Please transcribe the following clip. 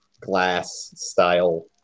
glass-style